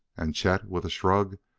and chet, with a shrug,